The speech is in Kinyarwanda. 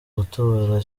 gutobora